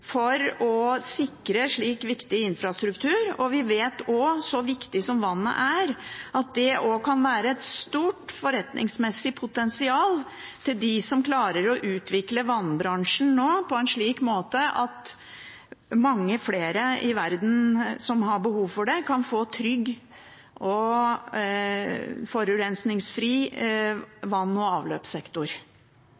for å sikre slik viktig infrastruktur, og vi vet også, så viktig som vannet er, at det også kan være et stort forretningsmessig potensial for dem som nå klarer å utvikle vannbransjen på en slik måte at mange flere i verden som har behov for det, kan få en trygg og forurensningsfri